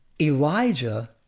Elijah